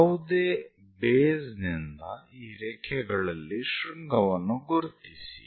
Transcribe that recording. ಯಾವುದೇ ಬೇಸ್ ನಿಂದ ಈ ರೇಖೆಗಳಲ್ಲಿ ಶೃಂಗವನ್ನು ಗುರುತಿಸಿ